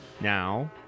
now